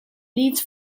leads